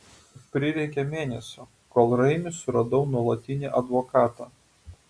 prireikė mėnesio kol raimiui suradau nuolatinį advokatą